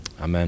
amen